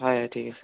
হয় ঠিক আছে